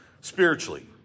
spiritually